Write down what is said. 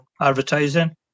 advertising